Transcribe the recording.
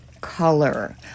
color